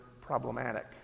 problematic